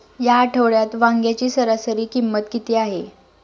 या आठवड्यात वांग्याची सरासरी किंमत किती आहे?